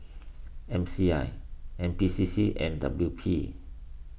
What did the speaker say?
M C I N P C C and W P